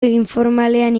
informalean